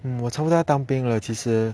hmm 我差不多要当兵了其实